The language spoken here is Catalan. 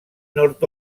nord